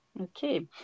Okay